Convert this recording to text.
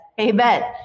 amen